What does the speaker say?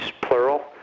plural